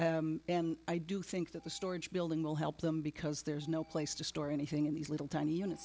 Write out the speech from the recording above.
and i do think that the storage building will help them because there's no place to store anything in these little tiny unit